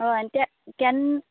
हय आनी ते केन्न